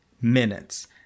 minutes